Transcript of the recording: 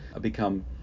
become